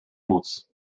móc